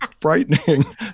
frightening